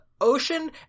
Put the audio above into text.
ocean